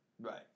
Right